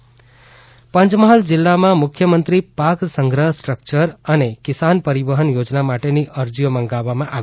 Panchmahal portal Panchmahal જિલ્લામા મુખ્યમંત્રી પાક સંગ્રહ સ્ટ્રક્યર અને કિસાન પરિવહન યોજના માટેની અરજીઓ મંગાવાઇ